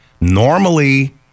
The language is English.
Normally